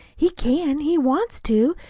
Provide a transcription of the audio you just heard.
he can he wants to.